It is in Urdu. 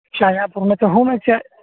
شاہِ جہاں پور میں تو ہوں میں